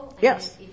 Yes